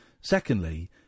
Secondly